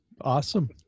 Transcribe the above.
awesome